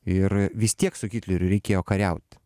ir vis tiek su hitleriu reikėjo kariaut